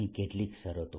અહીં કેટલીક શરતો